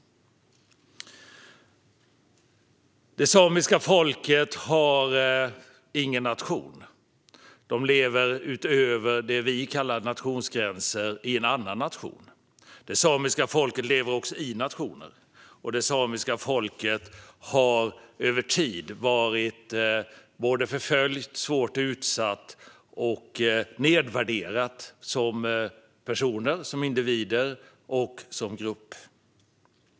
Det samiska folket har ingen nation. De lever utöver det vi kallar nationsgränser, i en annan nation. Det samiska folket lever också i nationen. Det samiska folket har över tid varit både förföljt, hårt utsatt och nedvärderat både som individer och som grupp.